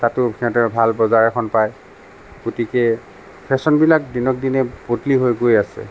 তাতো সিহঁতে ভাল বজাৰ এখন পায় গতিকে ফেশ্বনবিলাক দিনক দিনে বদলি হৈ গৈ আছে